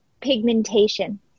pigmentation